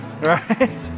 Right